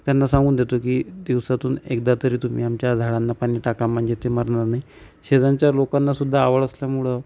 त्यांना सांगून देतो की दिवसातून एकदा तरी तुम्ही आमच्या झाडांना पाणी टाका म्हणजे ते मरणार नाही शेजारच्या लोकांनासुद्धा आवड असल्यामुळं